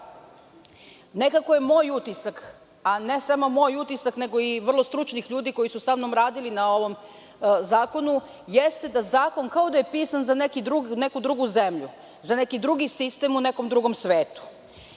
sada. Moj utisak, a ne samo moj utisak, nego i vrlo stručnih ljudi koji su samnom radili na ovom zakonu, jeste da zakon kao da je pisan za neku drugu zemlju, za neki drugi sistem u nekom drugom svetu. Hoću